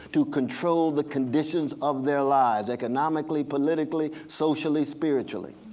to control the conditions of their lives, economically, politically, socially, spiritually.